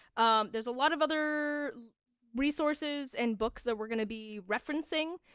um there's a lot of other resources and books that we're going to be referencing,